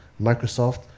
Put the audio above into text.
Microsoft